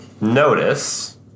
notice